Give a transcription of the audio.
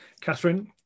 Catherine